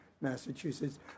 Massachusetts